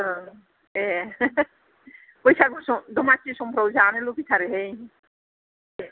औ ए बैसागु सम दमासि समआव जानो लुबैथारोहाय